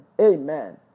amen